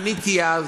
עניתי אז.